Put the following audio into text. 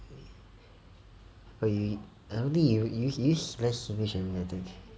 I I don't think you you use less singlish already I think